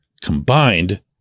combined